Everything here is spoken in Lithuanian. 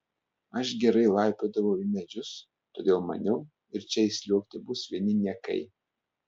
aš gerai laipiodavau į medžius todėl maniau ir čia įsliuogti bus vieni niekai